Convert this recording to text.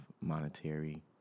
monetary